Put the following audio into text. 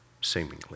seemingly